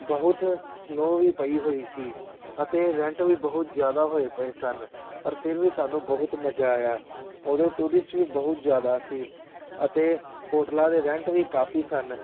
ਬਹੁਤ ਸਨੋਅ ਵੀ ਪਈ ਹੋਈ ਸੀ ਅਤੇ ਰੈਂਟ ਵੀ ਬਹੁਤ ਜ਼ਿਆਦਾ ਹੋਏ ਪਏ ਸਨ ਪਰ ਫਿਰ ਵੀ ਸਾਨੂੰ ਬਹੁਤ ਮਜ਼ਾ ਆਇਆ ਉਦੋਂ ਟੂਰਿਸਟ ਵੀ ਬਹੁਤ ਜ਼ਿਆਦਾ ਸੀ ਅਤੇ ਹੋਟਲਾਂ ਦੇ ਰੈਂਟ ਵੀ ਕਾਫੀ ਸਨ